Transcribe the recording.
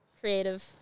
creative